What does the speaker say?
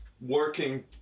working